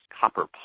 copper